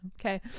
okay